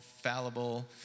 fallible